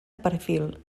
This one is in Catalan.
perfil